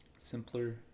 Simpler